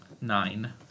nine